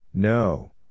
No